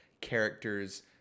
characters